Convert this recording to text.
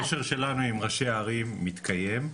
הקשר שלנו עם ראשי הערים מתקיים,